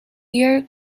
year